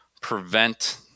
prevent